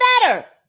better